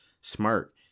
smirk